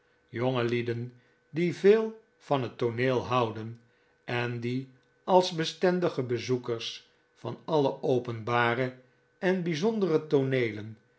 jongelieden die veel van het tooneel houden en die als bestendige bezoekers van alle openbare en bijzondere